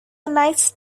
nice